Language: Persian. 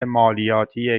مالیاتی